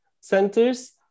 centers